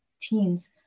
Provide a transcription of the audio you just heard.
teens